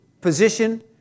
position